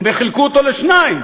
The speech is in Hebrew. וחילקו אותו לשניים